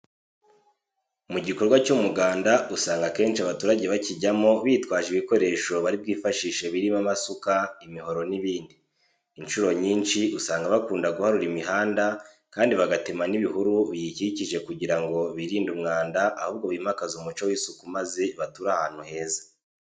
Mu gikorwa cy'umuganda usanga akenshi abaturage bakijyamo bitwaje ibikoresho bari bwifashishe birimo amasuka, imihoro n'ibindi. Incuro nyinshi usanga bakunda guharura imihanda kandi bagatema n'ibihuru biyikikije kugira ngo birinde umwanda ahubwo bimakaze umuco w'isuku maze bature ahantu heza.